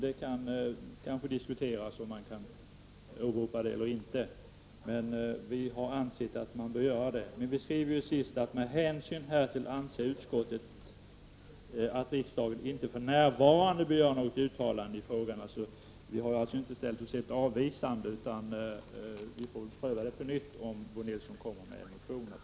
Det kan kanske diskuteras om man skall åberopa detta eller inte, men vi har ansett att man bör göra det. Utskottet skriver slutligen: ”Med hänsyn härtill anser utskottet att riksdagen inte för närvarande bör göra något uttalande i frågan.” Vi har alltså inte ställt oss helt avvisande. Vi får väl pröva frågan på nytt om Bo Nilsson väcker motioner i ärendet.